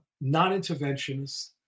non-interventionist